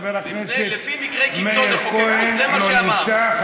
לפי מקרי קיצון לחוקק חוק, זה מה שאמרת.